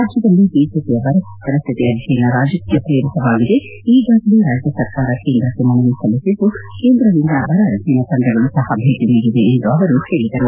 ರಾಜ್ಯದಲ್ಲಿ ಬಿಜೆಪಿಯ ಬರಪರಿಸಿತಿ ಅಧ್ಯಯನ ರಾಜಕೀಯ ಶ್ರೇರಿತವಾಗಿದೆ ಈಗಾಗಲೇ ರಾಜ್ಯ ಸರ್ಕಾರ ಕೇಂದ್ರಕ್ಷೆ ಮನವಿ ಸಲ್ಲಿಸಿದ್ದು ಕೇಂದ್ರದಿಂದ ಬರ ಅಧ್ಯಯನ ತಂಡಗಳು ಸಹ ಭೇಟಿ ನೀಡಿವೆ ಎಂದು ಅವರು ಹೇಳಿದರು